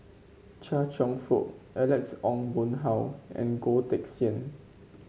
Chia Cheong Fook Alex Ong Boon Hau and Goh Teck Sian